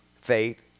faith